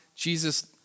Jesus